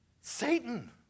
Satan